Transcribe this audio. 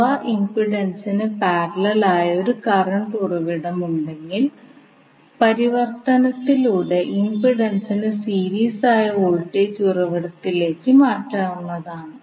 അഥവാ ഇംപിഡൻസിന് പാരലൽ ആയി ഒരു കറണ്ട് ഉറവിടം ഉണ്ടെങ്കിൽ പരിവർത്തനത്തിലൂടെ ഇംപിഡൻസിന് സീരീസ് ആയ വോൾട്ടേജ് ഉറവിടത്തിലേക്ക് മാറ്റാവുന്നതാണ്